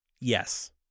Yes